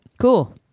cool